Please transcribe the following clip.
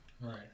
Right